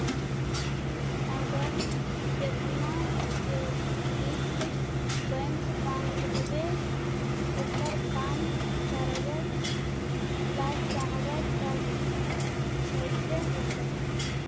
अगर जेतना के किस्त बैक बाँधबे ओकर कम करावे ल चाहबै तब कैसे होतै?